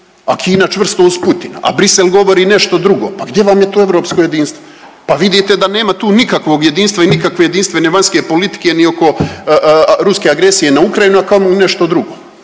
A Kina čvrsto uz Putina, a Bruxelles govori nešto drugo. Pa gdje vam je tu europsko jedinstvo? Pa vidite da nema tu nikakvog jedinstva i nikakve jedinstvene vanjske politike ni oko ruske agresije na Ukrajinu, a kamoli nešto drugo.